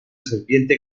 serpiente